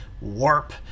Warp